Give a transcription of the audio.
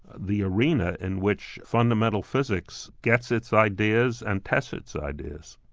the arena in which fundamental physics gets its ideas and tests its ideas.